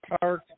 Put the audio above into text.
Park